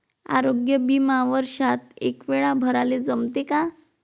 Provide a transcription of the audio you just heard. आरोग्य बिमा वर्षात एकवेळा भराले जमते का?